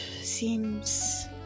seems